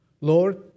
Lord